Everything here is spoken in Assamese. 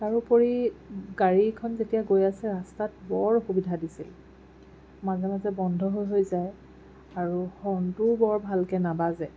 তাৰোপৰি গাড়ীখন যেতিয়া গৈ আছে ৰাস্তাত বৰ অসুবিধা দিছিল মাজে মাজে বন্ধ হৈ হৈ যায় আৰু হৰ্ণটোও বৰ ভালকৈ নাবাজে